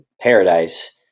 paradise